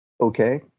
Okay